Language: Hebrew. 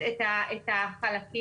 בלי מקרר בבית,